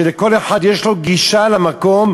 שלכל אחד יש גישה למקום,